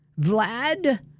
Vlad